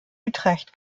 utrecht